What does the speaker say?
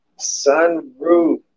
sunroof